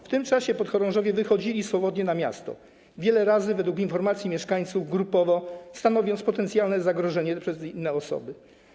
W tym czasie podchorążowie wychodzili swobodnie na miasto, wiele razy, według informacji mieszkańców, grupowo, stanowiąc potencjalnie zagrożenie dla innych osób.